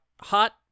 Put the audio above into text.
hot